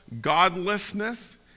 godlessness